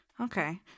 Okay